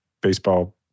baseball